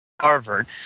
Harvard